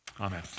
Amen